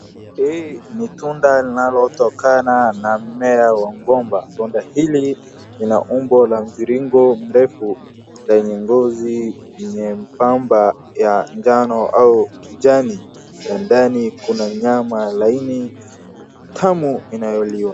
Hii ni tunda linalotokana na mmea wa mgomba. Tunda hili lina umbo la mviringo mrefu lenye ngozi nyembamba ya jano au kijani na ndani kuna nyama laini tamu inayoliwa.